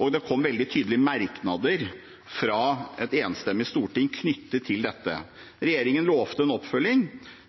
og det kom veldig tydelige merknader fra et enstemmig storting knyttet til dette. Regjeringen lovte en oppfølging,